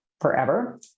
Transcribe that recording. forever